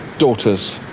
daughters,